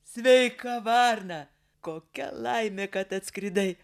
sveika varna kokia laimė kad atskridai